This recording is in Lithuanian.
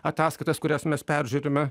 ataskaitas kurias mes peržiūrime